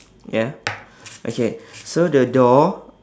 ya okay so the door